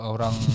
Orang